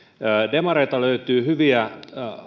demareilta löytyy hyviä